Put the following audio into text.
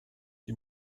die